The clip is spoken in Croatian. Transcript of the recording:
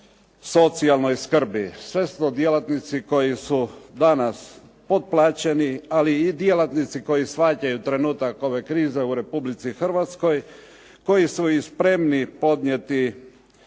socijalnoj skrbi. Sve su to djelatnici koji su danas potplaćeni, ali i djelatnici koji shvaćaju trenutak ove krize u Republici Hrvatskoj, koji su i spremni podnijeti